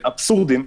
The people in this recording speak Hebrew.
אבסורדיים,